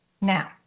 Now